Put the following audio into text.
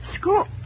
School